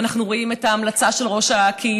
אנחנו רואים את ההמלצה של ראש הקהילה